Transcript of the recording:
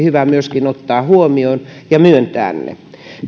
hyvä ottaa huomioon ja myöntää